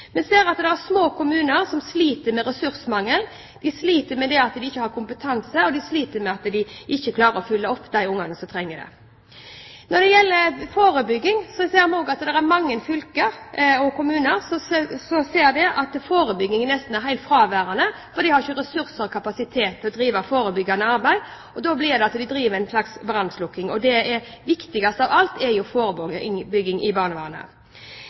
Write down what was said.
Vi ser at små kommuner sliter med ressursmangel; de sliter med at de ikke har kompetanse, og de sliter med at de ikke klarer å følge opp de barna som trenger det. Når det gjelder forebygging, ser vi også at dette er nesten helt fraværende i mange fylker og kommuner. De har ikke ressurser og kapasitet til å drive forebyggende arbeid, og da blir det til at de driver en slags brannslukking. I barnevernet er jo det viktigste av alt forebygging. Regjeringen skrøt av at de skulle opprette 400 nye stillinger i det kommunale barnevernet.